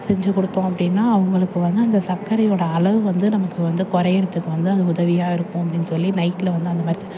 செஞ்சு கொடுத்தோம் அப்படினா அவங்களுக்கு வந்து அந்த சக்கரையோட அளவு வந்து நமக்கு வந்து குறைகிறதுக்கு வந்து அது உதவியாக இருக்கும் அப்படினு சொல்லி நைட்டில் வந்து அந்தமாதிரி